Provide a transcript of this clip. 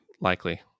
likely